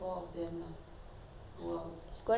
it's gonna be a zoo if you bring all of them out